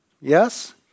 Yes